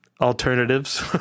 alternatives